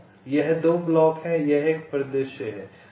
ये 2 ब्लॉक हैं यह एक परिदृश्य है